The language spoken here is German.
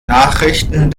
nachrichten